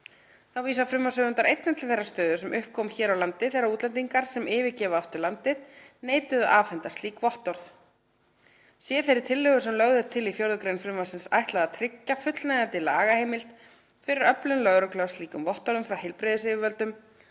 Þá vísa frumvarpshöfundar einnig til þeirrar stöðu sem upp kom hér á landi þegar útlendingar, sem yfirgefa áttu landið, neituðu að afhenda slík vottorð. Sé þeirri tillögu sem lögð er til í 4. gr. frumvarpsins ætlað að tryggja fullnægjandi lagaheimild fyrir öflun lögreglu á slíkum vottorðum frá heilbrigðisyfirvöldum